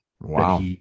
Wow